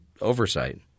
oversight